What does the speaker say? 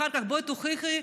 אחר כך בואי תוכיחי,